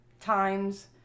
times